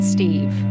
Steve